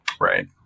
Right